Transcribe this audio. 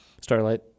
Starlight